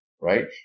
right